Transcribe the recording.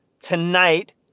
tonight